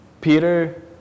Peter